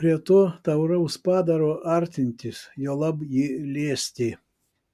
prie to tauraus padaro artintis juolab jį liesti